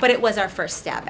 but it was our first stab